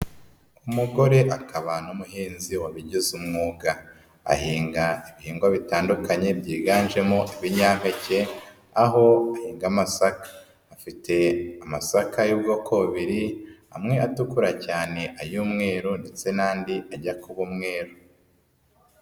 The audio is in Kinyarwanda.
Umugore akaba n'umuhinzi wabigize umwuga .Ahinga ibihingwa bitandukanye byiganjemo ibinyampeke ,aho ahinga amasaka. Afite amasaka y'ubwoko bubiri, amwe atukura cyane, ay'umweru ndetse n'andi ajya kuba umweru.